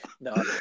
No